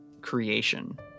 creation